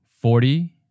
Forty